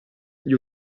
gli